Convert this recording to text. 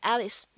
Alice